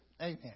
Amen